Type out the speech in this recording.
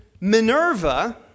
Minerva